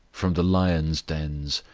from the lions' dens,